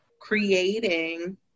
creating